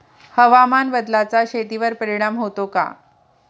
हवामान बदलाचा शेतीवर परिणाम होतो का?